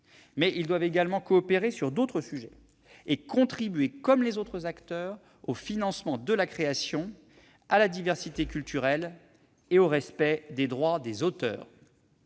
Mais ils doivent également coopérer sur d'autres sujets et contribuer, comme les autres acteurs, au financement de la création, à la diversité culturelle et au respect des droits des auteurs.